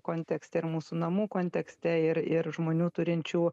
kontekste ir mūsų namų kontekste ir ir žmonių turinčių